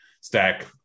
stack